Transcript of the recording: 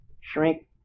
shrink